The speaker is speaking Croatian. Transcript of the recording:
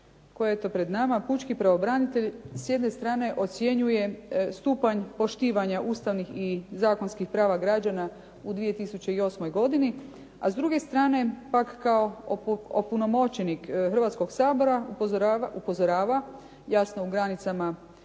koje je eto pred nama Pučki pravobranitelj s jedne strane ocjenjuje stupanj poštivanja Ustavnih i zakonskih prava građana u 2008. godini, a s druge strane pak kao opunomoćenik Hrvatskog sabora upozorava, jasno u granicama